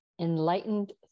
enlightened